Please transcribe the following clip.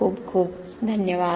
खूप खूप धन्यवाद